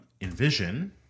Envision